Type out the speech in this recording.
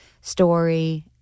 story